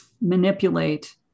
manipulate